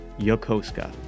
Yokosuka